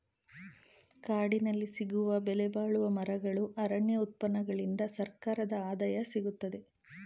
ಕಾಡಿನಲ್ಲಿ ಸಿಗುವ ಬೆಲೆಬಾಳುವ ಮರಗಳು, ಅರಣ್ಯ ಉತ್ಪನ್ನಗಳಿಂದ ಸರ್ಕಾರದ ಆದಾಯ ಸಿಗುತ್ತದೆ